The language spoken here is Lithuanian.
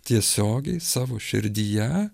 tiesiogiai savo širdyje